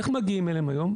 איך מגיעים אליהם היום?